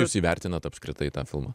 jūs įvertinot apskritai tą filmą